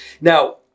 Now